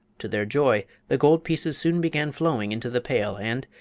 to their joy the gold pieces soon began flowing into the pail, and,